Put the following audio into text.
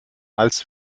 als